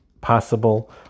possible